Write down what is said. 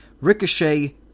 Ricochet